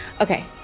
Okay